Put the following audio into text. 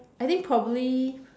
I think probably